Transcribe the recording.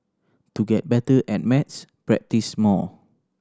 to get better at maths practise more